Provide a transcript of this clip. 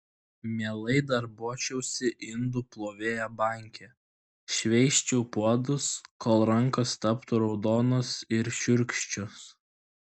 mielai darbuočiausi indų plovėja banke šveisčiau puodus kol rankos taptų raudonos ir šiurkščios